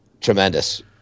tremendous